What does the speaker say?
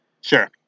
Sure